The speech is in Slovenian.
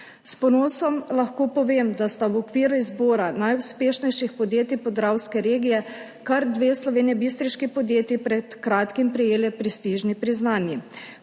S ponosom lahko povem, da sta v okviru izbora najuspešnejših podjetij podravske regije kar dve slovenjebistriški podjetji pred kratkim prejeli prestižni priznanji.